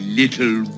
little